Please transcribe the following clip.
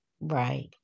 right